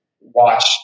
watch